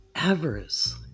Avarice